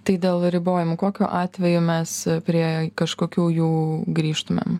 tai dėl ribojimų kokiu atveju mes prie kažkokių jų grįžtumėm